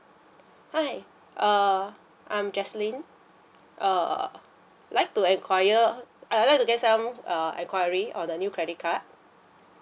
hi err I'm jesselyn err I would like to enquire uh I would like to get some uh enquiry on the new credit card